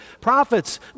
prophets